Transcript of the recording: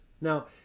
Now